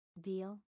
Deal